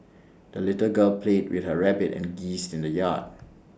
the little girl played with her rabbit and geese in the yard